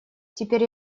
теперь